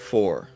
Four